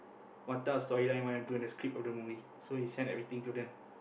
model of the story line he wanna do in this clip of the movie so we send everything to them